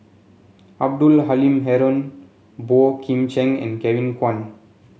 Abdul Halim Haron Boey Kim Cheng and Kevin Kwan